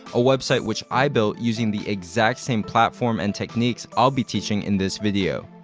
a website which i built using the exact same platform and techniques i'll be teaching in this video.